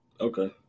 Okay